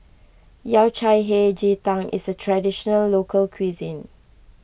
Yao Cai Hei Ji Tang is a Traditional Local Cuisine